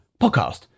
podcast